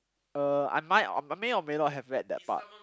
uh I might or I may or may not have read that part